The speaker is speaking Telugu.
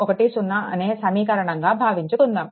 10 అనే సమీకరణంగా భావించుకుందాము